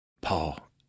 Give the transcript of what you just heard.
Paul